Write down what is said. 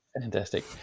fantastic